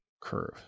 curve